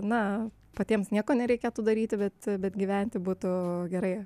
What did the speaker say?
na patiems nieko nereikėtų daryti bet bet gyventi būtų gerai